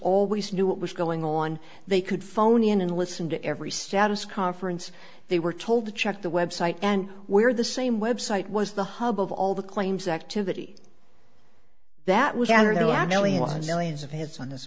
always knew what was going on they could phone in and listen to every status conference they were told to check the website and where the same website was the hub of all the claims activity that was after the millions of hits on this